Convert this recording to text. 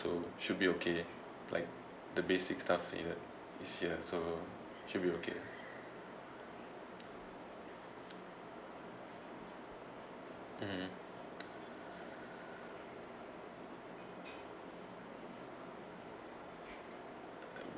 so should be okay like the basic stuff is here so should be okay mmhmm